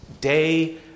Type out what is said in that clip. day